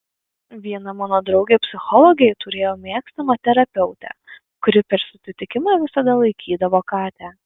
viena mano draugė psichologė turėjo mėgstamą terapeutę kuri per susitikimą visada laikydavo katę